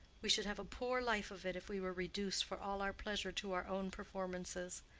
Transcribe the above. we should have a poor life of it if we were reduced for all our pleasure to our own performances.